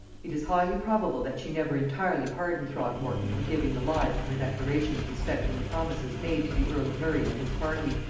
it is highly probable that she never entirely pardoned throgmorton for giving the lie to her declarations respecting the promises made to the earl of murray and his party,